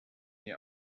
nie